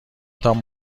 تان